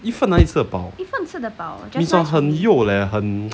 一份哪里吃的饱 mee sua 很幼 leh 很